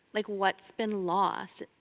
like what's been lost?